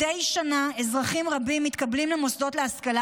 מדי שנה אזרחים רבים מתקבלים למוסדות להשכלה